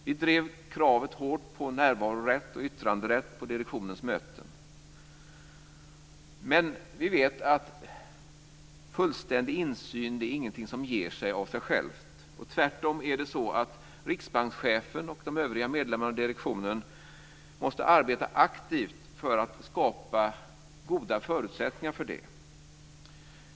Vi drev kravet hårt på närvarorätt och yttranderätt på direktionens möten. Men vi vet att fullständig insyn inte är någonting som ger sig av sig självt. Tvärtom är det så att riksbankschefen och de övriga medlemmarna av direktionen måste arbeta aktivt för att skapa goda förutsättningar för det.